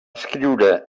escriure